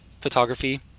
photography